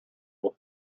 will